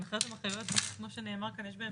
הנחיות מרחביות כמו שנאמר כאן יש להן